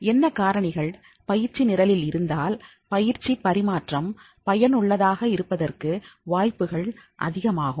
என்ன காரணிகள் பயிற்சி நிரலில் இருந்தால் பயிற்சி பரிமாற்றம் பயனுள்ளதாக இருப்பதற்கு வாய்ப்புகள் அதிகமாகும்